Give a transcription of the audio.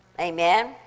Amen